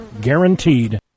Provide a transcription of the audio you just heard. guaranteed